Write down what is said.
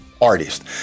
artist